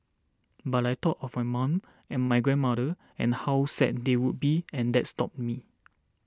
but I thought of my mum and my grandmother and how sad they would be and that stopped me